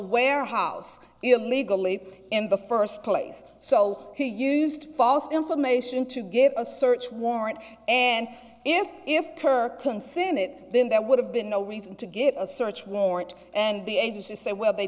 warehouse illegally in the first place so he used false information to give a search warrant and if if kirk consented then there would have been no reason to get a search warrant and the agency said well they